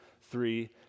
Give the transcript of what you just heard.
three